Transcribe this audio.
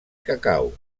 cacau